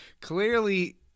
clearly